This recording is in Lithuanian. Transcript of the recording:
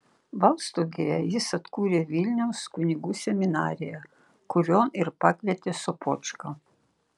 balstogėje jis atkūrė vilniaus kunigų seminariją kurion ir pakvietė sopočką